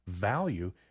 value